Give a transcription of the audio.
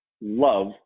love